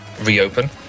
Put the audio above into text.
reopen